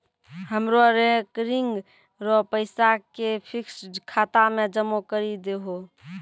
हमरो रेकरिंग रो पैसा के फिक्स्ड खाता मे जमा करी दहो